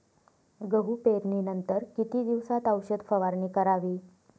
गहू पेरणीनंतर किती दिवसात औषध फवारणी करावी?